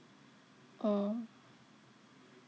oh